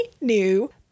new